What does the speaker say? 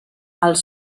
els